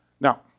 Now